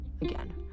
again